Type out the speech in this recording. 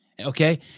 okay